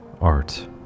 Art